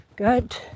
Good